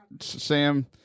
sam